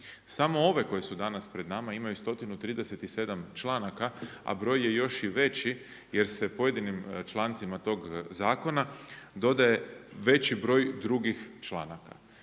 Samo ove koje su danas pred nama imaju 137 članaka, a broj je još i veći jer se pojedinim člancima tog zakona dodaje veći broj drugim članaka.